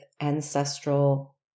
ancestral